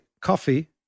coffee